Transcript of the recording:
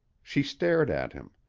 she stared at him.